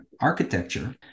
architecture